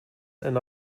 and